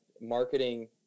marketing